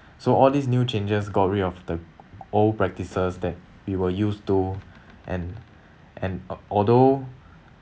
so all these new changes got rid of the old practices that we were used to and and although